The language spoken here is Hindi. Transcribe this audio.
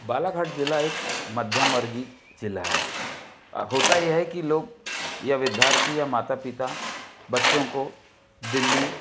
बालाघाट जिला एक मध्यमवर्गीय जिला है अब होता ये है कि लोग या विद्यार्थी या माता पिता बच्चों को दिल्ली